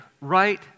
right